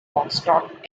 foxtrot